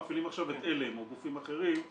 מפעילים עכשיו את עלם או גופים אחרים,